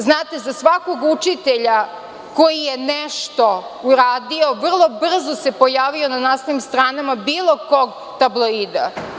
Znate, za svakog učitelja koji je nešto uradio vrlo brzo se pojavio na naslovnim stranama bilo kog tabloida.